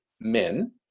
men